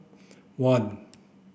one